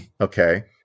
okay